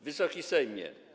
Wysoki Sejmie!